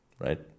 right